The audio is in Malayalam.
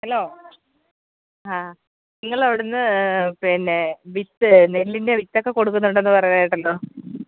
ഹലൊ അ നിങ്ങൾ അവിടെ നിന്ന് പിന്നെ വിത്ത് നെല്ലിന്റെ വിത്തൊക്കെ കൊടുക്കുന്നുണ്ട് എന്ന് പറയുന്ന കേട്ടല്ലോ